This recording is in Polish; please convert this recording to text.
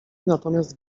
natomiast